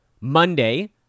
Monday